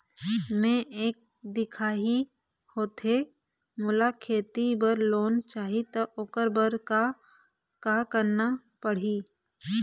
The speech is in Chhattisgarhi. मैं एक दिखाही होथे मोला खेती बर लोन चाही त ओकर बर का का करना पड़ही?